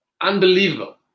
unbelievable